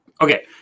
Okay